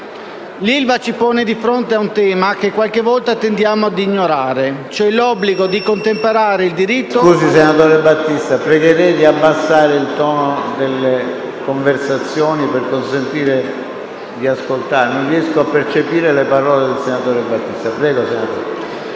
L'ILVA ci pone di fronte un tema che qualche volta tendiamo ad ignorare. *(Brusio).* PRESIDENTE. Scusi, senatore Battista. Pregherei di abbassare il tono delle conversazioni per consentire di ascoltare. Non riesco a percepire le parole del senatore Battista. Prego, senatore.